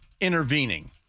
intervening